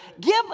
Give